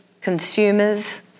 consumers